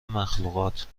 مخلوقات